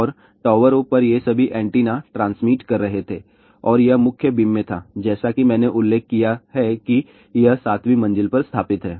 और टावरों पर ये सभी एंटेना ट्रांसमिट कर रहे थे और यह मुख्य बीम में था और जैसा कि मैंने उल्लेख किया है कि यह 7 वीं मंजिल पर स्थापित है